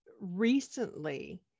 Recently